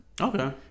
Okay